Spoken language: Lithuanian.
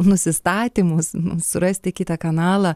nusistatymus surasti kitą kanalą